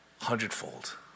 hundredfold